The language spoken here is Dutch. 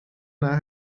naar